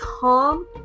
calm